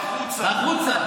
בחוצה.